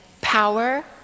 power